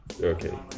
Okay